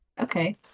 Okay